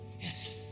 yes